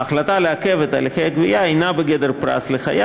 ההחלטה לעכב את הליכי הגבייה אינה בגדר פרס לחייב,